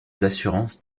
d’assurance